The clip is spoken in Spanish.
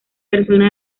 persona